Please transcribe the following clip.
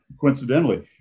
coincidentally